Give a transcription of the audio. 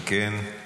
אם כן,